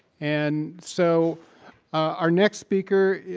and so our next speaker